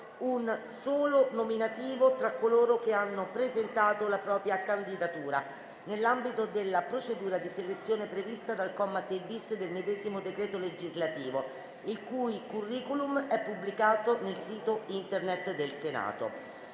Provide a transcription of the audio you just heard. un solo nominativo tra coloro che hanno presentato la propria candidatura nell'ambito della procedura di selezione prevista dal comma 6-*bis* del medesimo decreto legislativo, il cui *curriculum* è pubblicato nel sito Internet del Senato.